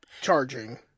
Charging